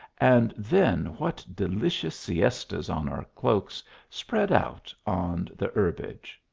and then what delicious siestas on our cloaks spread out on the herbage!